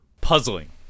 puzzling